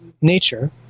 nature